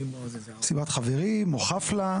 מסיבת חברים או חפלה,